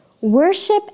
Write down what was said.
Worship